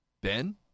Ben